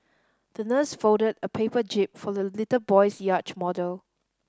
the nurse folded a paper jib for the little boy's yacht model